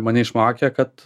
mane išmokė kad